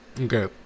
Okay